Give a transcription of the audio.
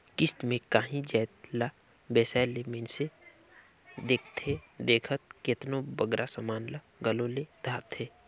किस्त में कांही जाएत ला बेसाए ले मइनसे देखथे देखत केतनों बगरा समान ल घलो ले धारथे